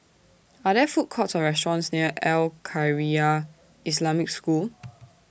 Are There Food Courts Or restaurants near Al Khairiah Islamic School